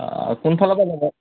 অঁ কোনফালৰ পৰা ল'ব